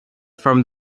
from